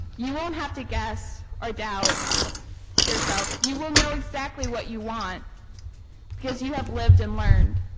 you won't have to guess or doubt yourself, you will know exactly what you want because you have lived and learned.